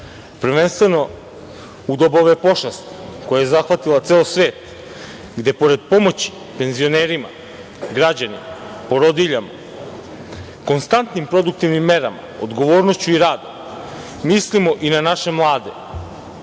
prvenstveno u doba ove pošasti, koja je zahvatila ceo svet, gde pored pomoći penzionerima, građanima, porodiljama, konstantnim produktivnim merama, odgovornošću i radom mislimo i na naše mlade. Ovom